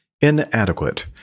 inadequate